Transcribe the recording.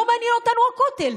לא מעניין אותנו הכותל.